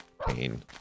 pain